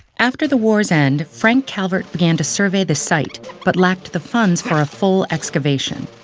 after the war's end, frank calvert began to survey the site, but lacked the funds for a full excavation.